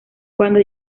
cuando